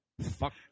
Fuck